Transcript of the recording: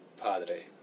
padre